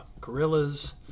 gorillas